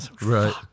Right